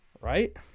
right